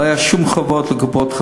לא היו שום חובות לקופות-החולים,